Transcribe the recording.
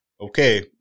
okay